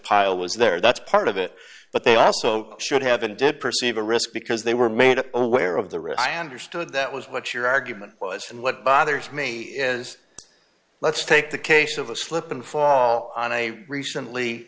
pile was there that's part of it but they also should have and did perceive a risk because they were made aware of the risk i understood that was what your argument was and what bothers me is let's take the case of a slip and fall on a recently